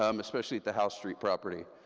um especially at the house street property.